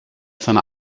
seiner